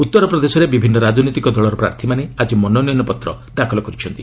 ଉତ୍ତର ପ୍ରଦେଶରେ ବିଭିନ୍ନ ରାଜେନିତିକ ଦଳର ପ୍ରାର୍ଥୀମାନେ ଆଜି ମନୋନୟନ ପତ୍ର ଦାଖଲ କରିଛନ୍ତି